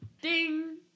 ding